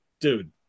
dude